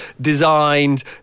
designed